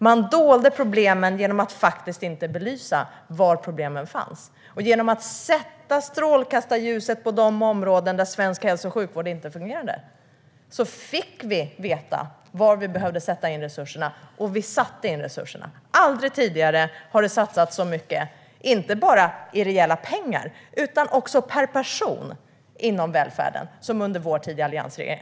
Man dolde problemen genom att inte belysa var de fanns. Genom att sätta strålkastarljuset på de områden där svensk hälso och sjukvård inte fungerade fick vi veta var vi behövde sätta in resurserna. Och vi satte in resurserna. Aldrig tidigare har det satsats så mycket, inte bara i reella pengar, utan också per person inom välfärden, som under vår tid som alliansregering.